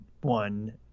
one